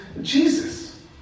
Jesus